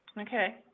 Okay